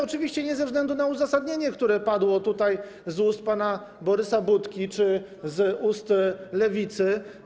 Oczywiście nie ze względu na uzasadnienie, które padło tutaj z ust pana Borysa Budki, czy z ust przedstawiciela Lewicy.